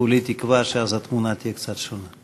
כולי תקווה שאז התמונה תהיה קצת שונה.